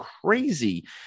crazy